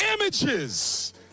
images